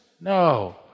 No